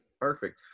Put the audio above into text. Perfect